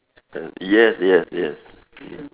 uh yes yes yes